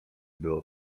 było